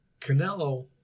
Canelo